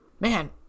Man